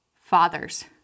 Fathers